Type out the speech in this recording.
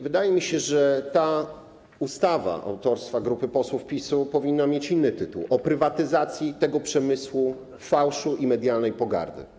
Wydaje mi się, że ta ustawa autorstwa grupy posłów PiS-u powinna mieć inny tytuł: o prywatyzacji tego przemysłu fałszu i medialnej pogardy.